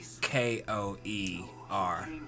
K-O-E-R